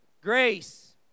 grace